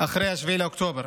אחרי 7 באוקטובר.